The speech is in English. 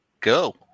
go